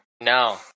No